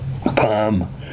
palm